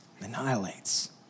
annihilates